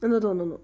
എന്നു തോന്നുന്നു